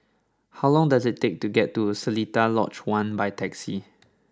how long does it take to get to Seletar Lodge One by taxi